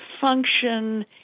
function